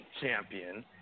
champion